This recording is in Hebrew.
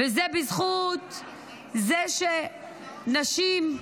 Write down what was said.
וזה בזכות זה שנשים,